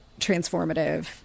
transformative